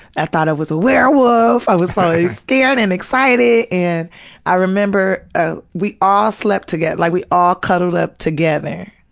i thought i was a werewolf, i was so scared and excited, and i remember ah we all slept together, like we all cuddled up together.